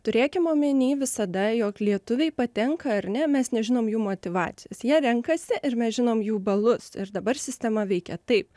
turėkim omeny visada jog lietuviai patenka ar ne mes nežinom jų motyvacijos jie renkasi ir mes žinom jų balus ir dabar sistema veikia taip